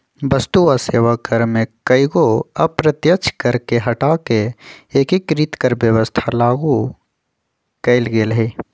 वस्तु आ सेवा कर में कयगो अप्रत्यक्ष कर के हटा कऽ एकीकृत कर व्यवस्था लागू कयल गेल हई